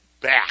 back